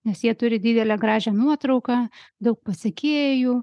nes jie turi didelę gražią nuotrauką daug pasekėjų